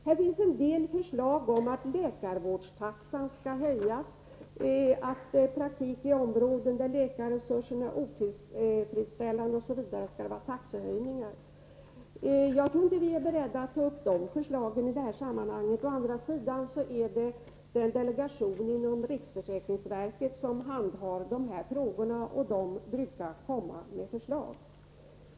Det finns en del förslag om att läkarvårdstaxan skall höjas i områden där läkarresurserna är otillfredsställande osv. Jag tror inte att vi är beredda att ta upp de förslagen i detta sammanhang. En delegation inom riksförsäkringsverket handhar dessa frågor, och från det hållet brukar man komma med förslag.